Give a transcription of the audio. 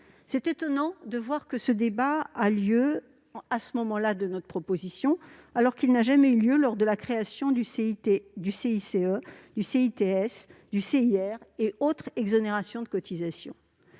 est étonnant de constater que ce débat a lieu en réponse à notre proposition, alors qu'il n'a jamais eu lieu lors de la création du CICE, du CITS, du CIR et autres exonérations de cotisations.